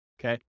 okay